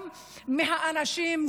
גם מהאנשים,